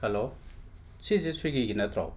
hello ꯁꯤꯁꯦ ꯁ꯭ꯋꯤꯒꯤꯒꯤ ꯅꯠꯇ꯭ꯔꯣ